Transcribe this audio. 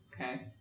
Okay